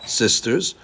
sisters